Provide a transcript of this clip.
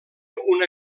una